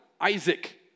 Isaac